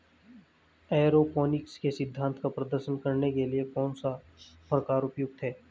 Aeroponics के सिद्धांत का प्रदर्शन करने के लिए कौन सा प्रकार उपयुक्त है?